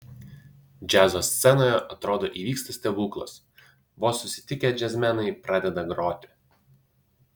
džiazo scenoje atrodo įvyksta stebuklas vos susitikę džiazmenai pradeda groti